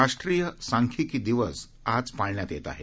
राष्ट्रीय सांख्यिकी दिवस आज पाळण्यात येत आहे